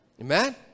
Amen